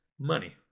money